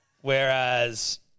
Whereas